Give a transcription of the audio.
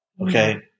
Okay